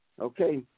Okay